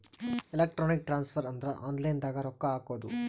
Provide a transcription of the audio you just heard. electronic transfer ಅಂದ್ರ online ದಾಗ ರೊಕ್ಕ ಹಾಕೋದು